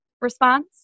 response